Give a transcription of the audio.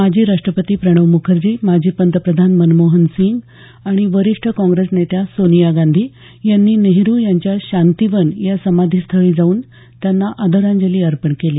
माजी राष्टपती प्रणब म्रखर्जी माजी पंतप्रधान मनमोहन सिंग आणि वरिष्ठ काँग्रेस नेत्या सोनिया गांधी यांनी नेहरू यांच्या शांतीवन या समाधीस्थळी जाऊन त्यांना आदरांजली अर्पण केली